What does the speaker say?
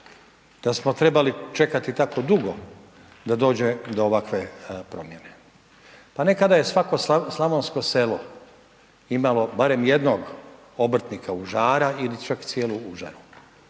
da smo trebali čekati tako dugo, da dođe do ovakve promjene, a nekada je svako slavonsko selo imalo barem jednog obrtnika užara ili čak cijelog